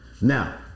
Now